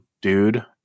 dude